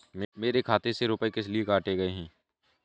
मेरे खाते से रुपय किस लिए काटे गए हैं?